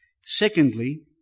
Secondly